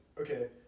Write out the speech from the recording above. okay